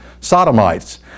sodomites